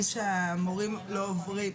הוא אומר שהמורים לא עוברים,